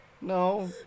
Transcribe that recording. no